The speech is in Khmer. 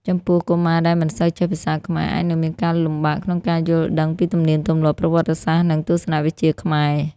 ចំពោះ កុមារដែលមិនសូវចេះភាសាខ្មែរ អាចនឹងមានការលំបាកក្នុងការយល់ដឹងពីទំនៀមទម្លាប់ ប្រវត្តិសាស្ត្រ និងទស្សនវិជ្ជាខ្មែរ។